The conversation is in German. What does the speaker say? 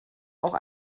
auch